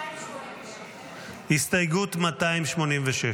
286. הסתייגות 286,